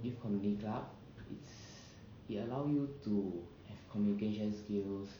youth community club it's it allow you to have communication skills